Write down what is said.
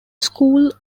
school